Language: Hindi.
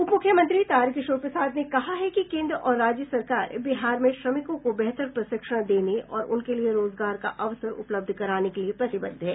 उपमुख्यमंत्री तारकिशोर प्रसाद ने कहा है कि केन्द्र और राज्य सरकार बिहार में श्रमिकों को बेहतर प्रशिक्षण देने और उनके लिए रोजगार का अवसर उपलब्ध कराने के लिए प्रतिबद्ध है